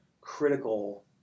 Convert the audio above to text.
critical